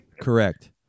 correct